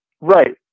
Right